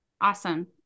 Awesome